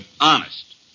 honest